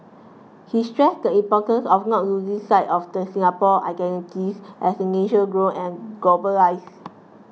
he stresses the importance of not losing sight of the Singapore identities as the nation grow and globalise